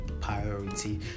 priority